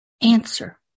answer